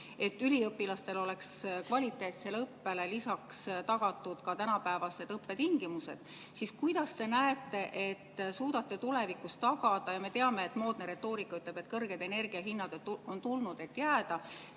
et üliõpilastel oleks kvaliteetsele õppele lisaks tagatud ka tänapäevased õppetingimused, siis kuidas te näete, et suudate tulevikus tagada – ja me teame, et moodne retoorika ütleb, et kõrged energia hinnad on tulnud, et jääda